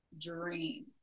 dream